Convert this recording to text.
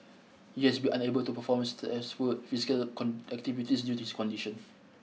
he has been unable to perform stressful physical activities due to his condition